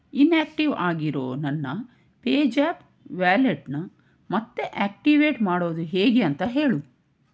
inactive ಆಗಿರೋ ನನ್ನ ಪೇಜ್ಯಾಪ್ ವ್ಯಾಲೆಟನ್ನು ಮತ್ತೆ ಆ್ಯಕ್ಟಿವೇಟ್ ಮಾಡೋದು ಹೇಗೆ ಅಂತ ಹೇಳು